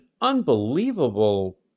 unbelievable